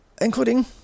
Including